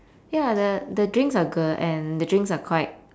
ya the the drinks are good and the drinks are quite